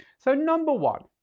so number one,